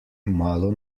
malo